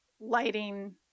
lighting